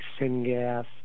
syngas